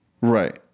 Right